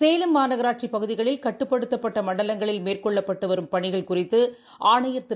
சேலம் மாநகராட்சிபகுதிகளில் கட்டுப்படுத்தப்பட்டமண்டலங்களில் மேற்கொள்ளப்பட்டுவரும் பணிகள் குறித்துஆணையா் திரு